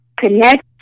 connect